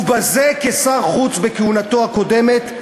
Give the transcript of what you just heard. ובזה כשר חוץ בכהונתו הקודמת,